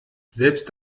selbst